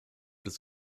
des